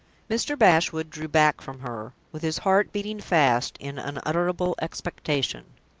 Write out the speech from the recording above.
mr. bashwood drew back from her, with his heart beating fast in unutterable expectation.